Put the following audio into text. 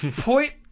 Point